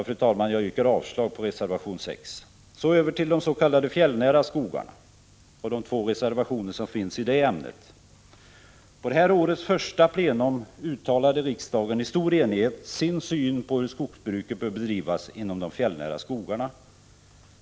Fru talman! Jag yrkar avslag på reservation 6. Så över till de s.k. fjällnära skogarna och de två reservationer som finns i det ämnet. Vid det här årets första plenum uttalade riksdagen i stor enighet sin syn på hur skogsbruket bör bedrivas inom de fjällnära skogarna.